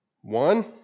One